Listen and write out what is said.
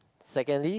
secondly